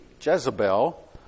Jezebel